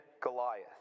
Goliath